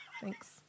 Thanks